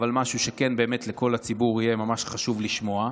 אבל משהו שלכל הציבור יהיה באמת ממש חשוב לשמוע?